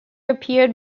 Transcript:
appeared